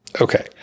Okay